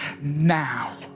now